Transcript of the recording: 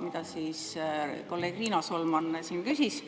mida kolleeg Riina Solman siin küsis.